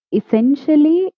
essentially